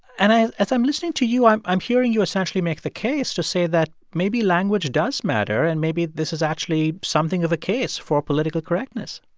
and as as i'm listening to you, i'm i'm hearing you essentially make the case to say that maybe language does matter, and maybe this is actually something of a case for political correctness